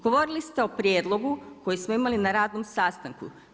Govorili ste o prijedlogu koji smo imali na radom sastanku.